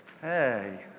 Hey